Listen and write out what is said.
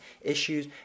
issues